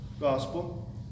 gospel